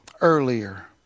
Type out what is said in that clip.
earlier